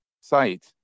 site